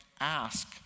ask